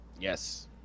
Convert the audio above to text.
yes